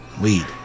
Weed